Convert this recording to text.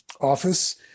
office